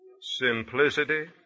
simplicity